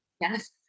yes